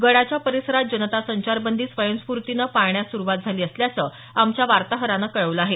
गडाच्या परिसरात जनता संचारबंदी स्वयंस्फूर्तीनं पाळण्यास सुरुवात झाली असल्याचं आमच्या वार्ताहरानं कळवलं आहे